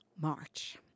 March